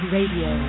Radio